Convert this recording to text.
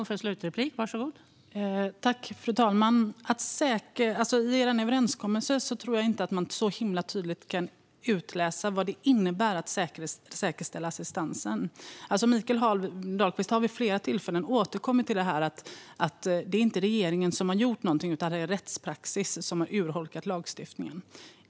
Fru talman! Jag tror inte att man så tydligt kan utläsa av överenskommelsen vad det innebär att säkerställa assistansen. Mikael Dahlqvist har vid flera tillfällen återkommit till att det inte är regeringen som har gjort någonting, utan det är rättspraxis som har urholkat lagstiftningen.